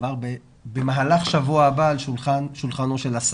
כבר במהלך שבוע הבא על שולחנו של השר.